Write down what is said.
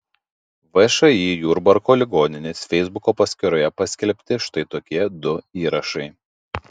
všį jurbarko ligoninės feisbuko paskyroje paskelbti štai tokie du įrašai